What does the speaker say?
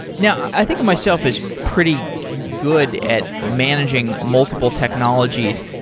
now, i think of myself as pretty good at managing multiple technologies.